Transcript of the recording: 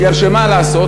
מפני שמה לעשות,